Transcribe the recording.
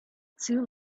too